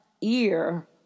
ear